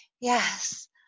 yes